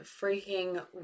freaking